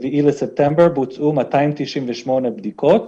ב-4 בספטמבר בוצעו 298 בדיקות,